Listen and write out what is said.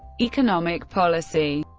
economic policy